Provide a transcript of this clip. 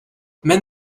mend